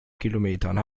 kilometern